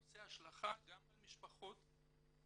עושה השלכה גם על משפחות רחבות,